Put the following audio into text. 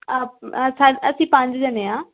ਅ ਸਾ ਅਸੀਂ ਪੰਜ ਜਣੇ ਹਾਂ